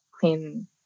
clean